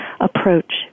approach